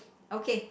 okay